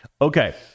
okay